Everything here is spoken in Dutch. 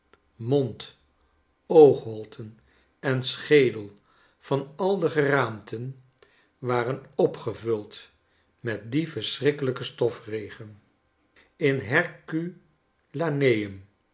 mond oogholten en schedel van al de geraamten waren opgevuld met dien verschrikkelijken stofregen in her